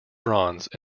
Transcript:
bronze